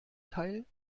teil